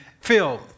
Phil